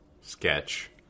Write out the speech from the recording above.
sketch